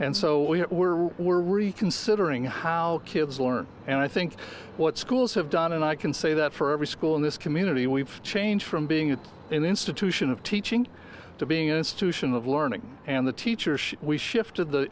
so we're we're reconsidering how kids learn and i think what schools have done and i can say that for every school in this community we've changed from being in an institution of teaching to being an institution of learning and the teacher should we shifted the